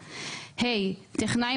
(ה)טכנאי,